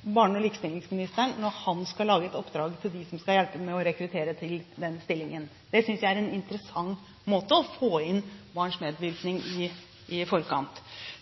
barne- og likestillingsministeren når han skal lage et oppdrag til dem som skal hjelpe ham med å rekruttere til den stillingen. Det synes jeg er en interessant måte å få inn barns medvirkning på i forkant.